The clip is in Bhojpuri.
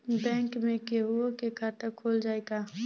बैंक में केहूओ के खाता खुल जाई का?